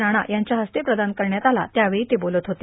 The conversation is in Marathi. राणा यांच्या हस्ते प्रदान करण्यात आला त्यावेळी ते बोलत होते